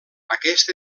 aquest